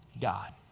God